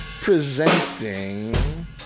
Presenting